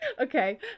Okay